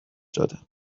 دادم